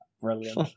Brilliant